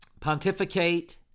pontificate